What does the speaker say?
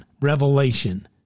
revelation